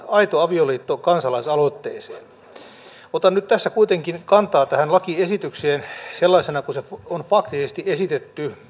aito avioliitto kansalaisaloitteeseen otan nyt tässä kuitenkin kantaa tähän lakiesitykseen sellaisena kuin se on faktisesti esitetty